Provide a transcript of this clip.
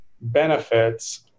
benefits